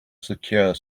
secure